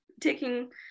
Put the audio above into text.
taking